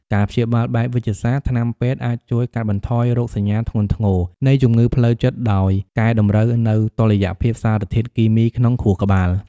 ការព្យាបាលបែបវេជ្ជសាស្ត្រ ថ្នាំពេទ្យអាចជួយកាត់បន្ថយរោគសញ្ញាធ្ងន់ធ្ងរនៃជំងឺផ្លូវចិត្ត ដោយកែតម្រូវនូវតុល្យភាពសារធាតុគីមីក្នុងខួរក្បាល។